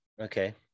Okay